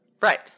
Right